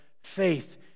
faith